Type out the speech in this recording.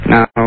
Now